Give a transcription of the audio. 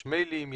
יש מיילים,